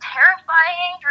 Terrifying